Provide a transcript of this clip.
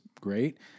great